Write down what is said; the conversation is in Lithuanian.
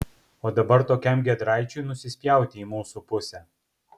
o dabar tokiam giedraičiui nusispjauti į mūsų pusę